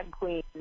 queen